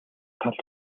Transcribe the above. тал